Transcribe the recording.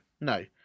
no